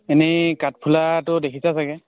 এনেই কাঠফুলাটো দেখিছা ছাগৈ